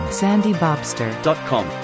sandybobster.com